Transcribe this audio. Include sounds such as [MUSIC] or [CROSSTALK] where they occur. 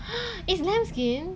[BREATH] is lamb skin